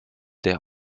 der